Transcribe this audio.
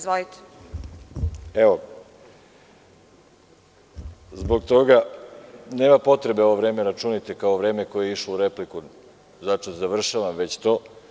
Zbog toga, nema potrebe ovo vreme računajte kao vreme koje je išlo u repliku, završavam već to.